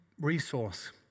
resource